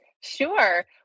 Sure